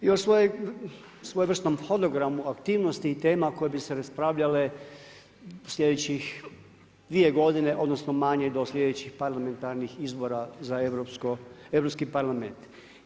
I o svojevrsnom hologramu aktivnosti i tema koje bi se raspravljale sljedećih 2 godine, odnosno, manje do sljedećih parlamentarnih izbora za Europski parlament.